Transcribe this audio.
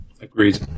Agreed